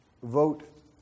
vote